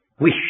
wish